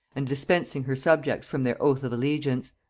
and dispensing her subjects from their oath of allegiance.